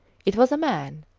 it was a man.